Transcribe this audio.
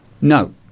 no